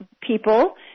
people